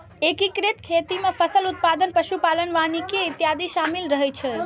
एकीकृत खेती मे फसल उत्पादन, पशु पालन, वानिकी इत्यादि शामिल रहै छै